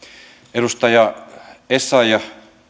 edustaja essayah